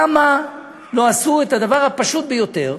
למה לא עשו את הדבר הפשוט ביותר?